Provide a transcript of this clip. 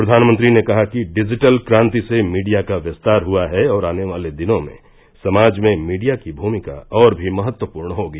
प्रधानमंत्री ने कहा कि डिजिटल क्रांति से मीडिया का विस्तार हुआ है और आने वाले दिनों में समाज में मीडिया की भूमिका और भी महत्वपूर्ण होगी